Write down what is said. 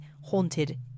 haunted